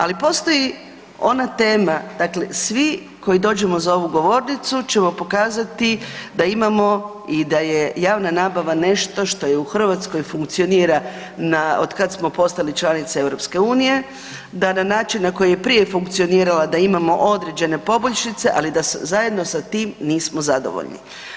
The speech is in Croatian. Ali postoji ona tema dakle svi koji dođemo za ovu govornicu ćemo pokazati da imamo i da je javna nabava nešto što je u Hrvatskoj funkcionira od kad smo postali članica EU, da na način na koji je prije funkcionirala da imamo određene poboljšice, ali da zajedno sa tim nismo zadovoljni.